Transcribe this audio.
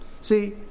See